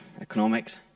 economics